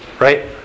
Right